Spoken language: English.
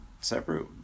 separate